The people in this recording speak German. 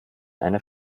einer